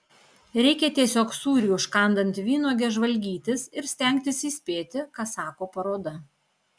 reikia tiesiog sūrį užkandant vynuoge žvalgytis ir stengtis įspėti ką sako paroda